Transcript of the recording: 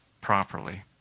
properly